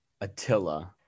Attila